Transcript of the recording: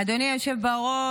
אדוני היושב בראש,